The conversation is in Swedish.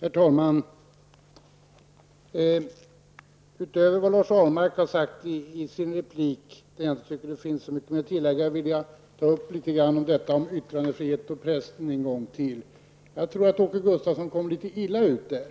Herr talman! Utöver vad Lars Ahlmark har sagt i sin replik, det kanske inte finns så mycket att tillägga, vill jag ta upp litet grand om yttrandefriheten och pressen en gång till. Jag tror att Åke Gustavsson var lite illa ute.